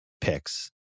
picks